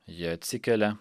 ji atsikelia